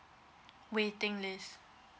waiting list